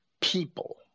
people